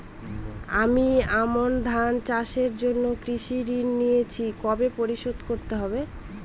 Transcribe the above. আমি আমন ধান চাষের জন্য কৃষি ঋণ নিয়েছি কবে পরিশোধ করতে হবে?